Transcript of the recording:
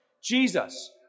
Jesus